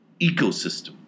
ecosystem